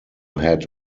had